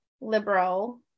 liberal